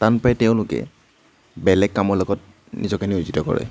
টান পায় তেওঁলোকে বেলেগ কামৰ লগত নিজকে নিয়োজিত কৰে